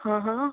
હ હ